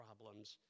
problems